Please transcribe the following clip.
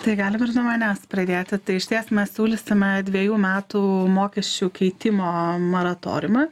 tai galim ir nuo manęs pradėti tai išties mes siūlysime dvejų metų mokesčių keitimo maratoriumą